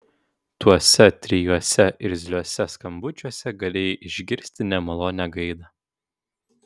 tuose trijuose irzliuose skambučiuose galėjai išgirsti nemalonią gaidą